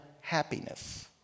Happiness